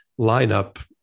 lineup